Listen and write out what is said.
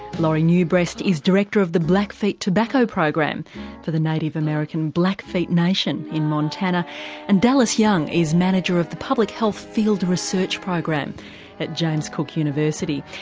lori new breast is director of the blackfeet tobacco program for the native american blackfeet nation in montana and dallas young is manager of the public health field research program at james cook university,